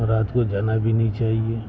رات کو جانا بھی نہیں چاہیے